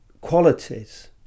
qualities